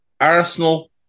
Arsenal